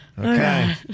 Okay